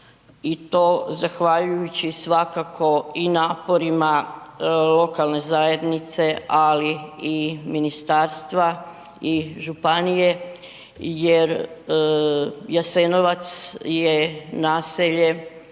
i to zahvaljujući svakako i naporima lokalne zajednice, ali i ministarstva i županije jer Jasenovac je naselje